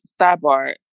sidebar